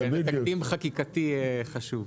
זה תקדים חקיקתי חשוב.